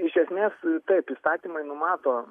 iš esmės taip įstatymai numato